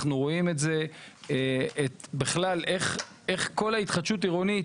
אנחנו רואים בכלל איך כל ההתחדשות העירונית,